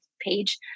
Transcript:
page